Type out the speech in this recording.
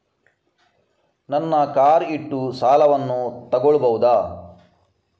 ನನ್ನ ಕಾರ್ ಇಟ್ಟು ಸಾಲವನ್ನು ತಗೋಳ್ಬಹುದಾ?